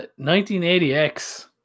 1980X